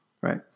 right